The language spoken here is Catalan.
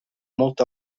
molt